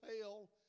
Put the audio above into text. hell